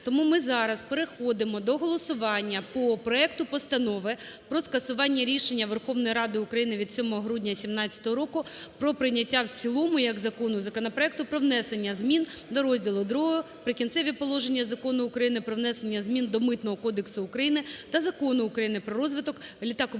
Тому ми зараз переходимо до голосування по проекту Постанови про скасування рішення Верховної Ради України від 7 грудня 2017 року про прийняття в цілому як закону законопроекту про внесення змін до розділу другого "Прикінцевих положень" Закону України про внесення змін до Митного кодексу України та Закону України "Про розвиток літакобудівної